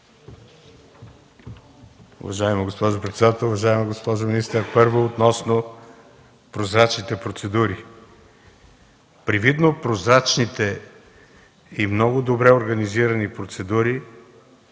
Уважаема госпожо председател! Уважаема госпожо министър, първо относно прозрачните процедури. Привидно прозрачните и много добре организирани процедури